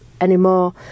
anymore